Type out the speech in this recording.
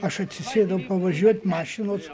aš atsisėdau pavažiuot mašinos